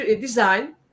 design